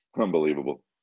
Unbelievable